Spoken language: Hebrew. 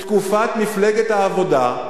בתקופת מפלגת העבודה,